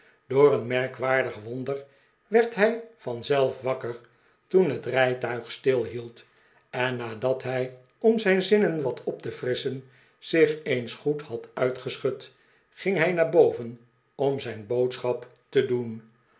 door een merkwaardig wonder werd hij vanzelf wakker toen het rijtuig stilhield en nadat hij om zijn zinnen wat op te frisschen zich eens goed had uitgeschud ging hij naar boven om zijn boodschap te doen